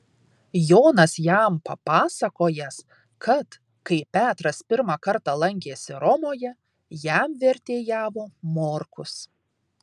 jonas jam papasakojęs kad kai petras pirmą kartą lankėsi romoje jam vertėjavo morkus